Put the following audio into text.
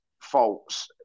faults